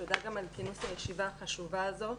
תודה גם על כינוס הישיבה החשובה הזאת.